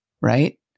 Right